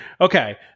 okay